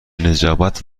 نجابت